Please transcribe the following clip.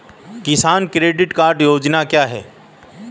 किसान credit card योजना क्या है?